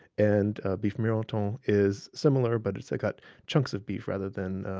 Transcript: and ah beef miroton um is similar, but it's got chunks of beef rather than